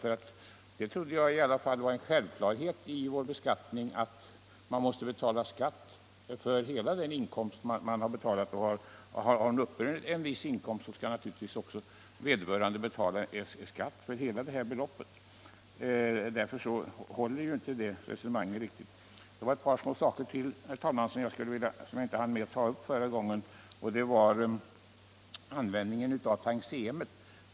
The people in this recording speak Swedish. Jag trodde det var självklart i vår beskattning att man måste betala skatt för hela den inkomst man uppburit. Har man haft en viss inkomst, så skall man naturligtvis också betala skatt för hela beloppet. Därför håller inte det resonemanget. Slutligen var det några små saker som jag inte hann med att ta upp förra gången jag hade ordet. Den första var systemet med tantiem.